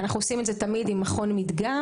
אנחנו עושים את זה תמיד עם מכון מדגם,